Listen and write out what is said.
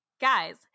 guys